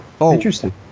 Interesting